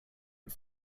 and